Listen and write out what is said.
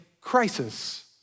crisis